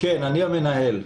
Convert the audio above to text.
אני המנהל.